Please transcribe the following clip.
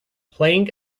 playing